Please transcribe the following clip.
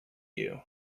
you